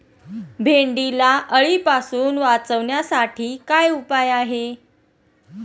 भेंडीला अळीपासून वाचवण्यासाठी काय उपाय आहे?